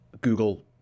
Google